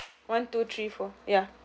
one two three four ya